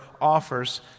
offers